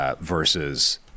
Versus